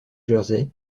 jersey